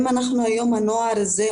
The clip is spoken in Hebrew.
אם היום הנוער הזה,